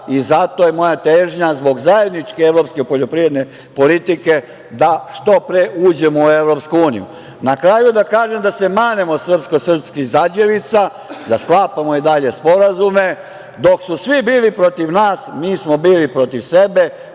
Zato je moja težnja zbog zajedničke evropske poljoprivredne politike da što pre uđemo u EU.Na kraju da kažem da se manemo srpsko srpskih zađevica, da sklapamo i dalje sporazume. Dok su svi bili protiv nas, mi smo bili protiv sebe,